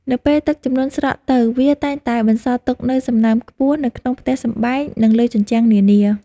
នៅពេលទឹកជំនន់ស្រកទៅវាតែងតែបន្សល់ទុកនូវសំណើមខ្ពស់នៅក្នុងផ្ទះសម្បែង និងលើជញ្ជាំងនានា។